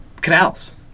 Canals